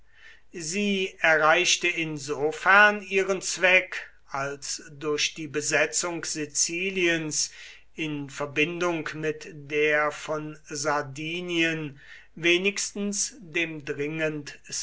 sie erreichte insofern ihren zweck als durch die besetzung siziliens in verbindung mit der von sardinien wenigstens dem